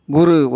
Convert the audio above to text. Guru